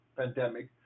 pandemic